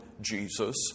Jesus